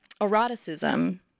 eroticism